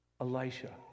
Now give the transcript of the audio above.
Elisha